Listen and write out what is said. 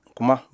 Kuma